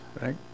right